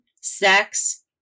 sex